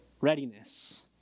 readiness